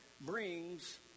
brings